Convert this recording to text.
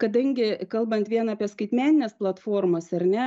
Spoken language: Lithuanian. kadangi kalbant vien apie skaitmenines platformas ar ne